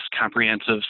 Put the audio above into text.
comprehensive